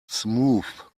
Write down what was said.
smooth